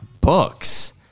books